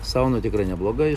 sauna tikrai nebloga